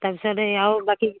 তাৰপিছতে এয়াও বাকী